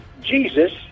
Jesus